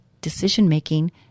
decision-making